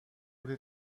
would